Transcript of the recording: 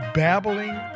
babbling